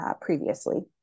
previously